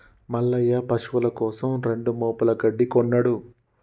మల్లయ్య పశువుల కోసం రెండు మోపుల గడ్డి కొన్నడు